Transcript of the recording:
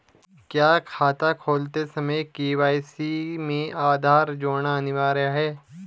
क्या खाता खोलते समय के.वाई.सी में आधार जोड़ना अनिवार्य है?